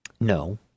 No